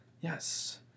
Yes